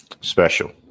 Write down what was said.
special